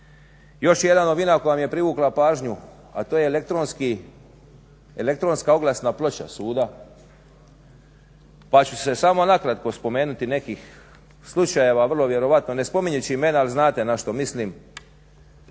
Još jedna novina koja mi je privukla pažnju, a to je elektronska oglasna ploča suda pa ću se samo nakratko spomenuti nekih slučajeva vrlo vjerojatno ne spominjući imena ali znate na što mislim,